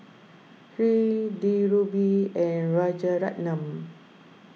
Hri Dhirubhai and Rajaratnam